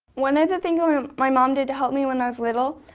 one of the things my mom did to help me when i was little,